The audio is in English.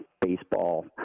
baseball